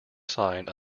sign